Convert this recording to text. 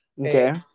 Okay